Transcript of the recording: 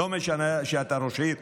לא משנה שאתה ראש עיר,